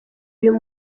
uyu